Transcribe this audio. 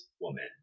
woman